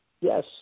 Yes